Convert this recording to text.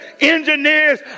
engineers